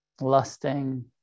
lusting